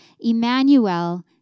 Emmanuel